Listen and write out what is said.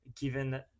given